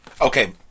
Okay